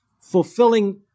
fulfilling